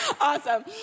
awesome